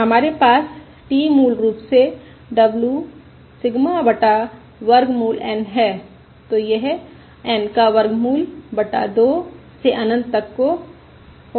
हमारे पास t मूल रूप से w सिग्मा बटा वर्गमूल N है तो यह N का वर्गमूल बटा 2 से अनंत तक हो जाता है